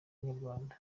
inyarwanda